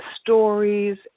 stories